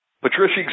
Patricia